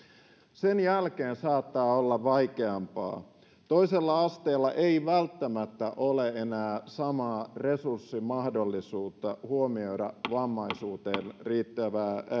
sen jälkeen saattaa olla vaikeampaa toisella asteella ei välttämättä ole enää samaa resurssimahdollisuutta huomioida vammaisuuteen